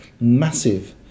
massive